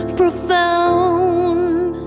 profound